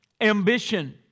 ambition